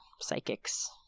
Psychics